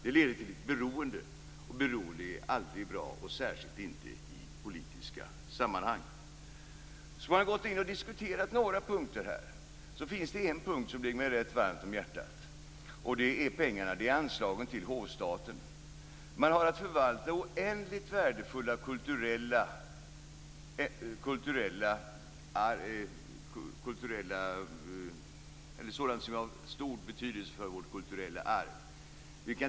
Det leder till ett beroende, och beroende är aldrig bra - särskilt inte i politiska sammanhang. Skall man gå in och diskutera några punkter i detta finns det en punkt som ligger mig rätt varm om hjärtat, nämligen anslagen till hovstaten. Man har att förvalta sådant som är av stor betydelse för vårt kulturella arv.